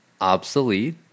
obsolete